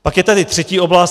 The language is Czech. Pak je tady třetí oblast.